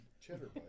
Cheddar